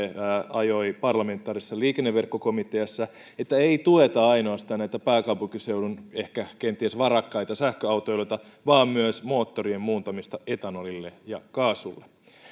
ajoi parlamentaarisessa liikenneverkkokomiteassa että ei tueta ainoastaan pääkaupunkiseudun kenties varakkaita sähköautoilijoita vaan myös moottorien muuntamista etanolille ja kaasulle